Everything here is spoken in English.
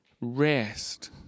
rest